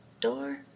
door